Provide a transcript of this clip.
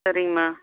சரிங்கம்மா